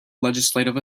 legislative